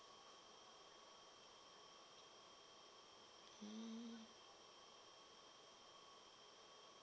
mm